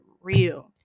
real